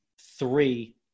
three